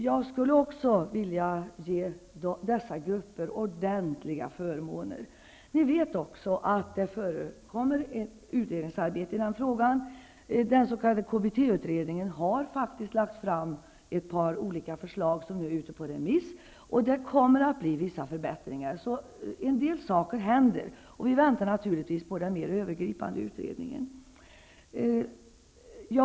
Jag skulle också vilja ge dessa grupper ordentliga förmåner. Det förekommer ju ett utredningsarbete i den frågan. Den s.k. KBT-utredningen har faktiskt lagt fram ett par olika förslag som nu är ute på remiss. Det kommer att bli vissa förbättringar. Det händer alltså en del på det här området. Men naturligtvis väntar vi på den mera övergripande utredningen.